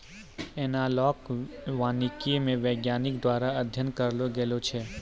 एनालाँक वानिकी मे वैज्ञानिक द्वारा अध्ययन करलो गेलो छै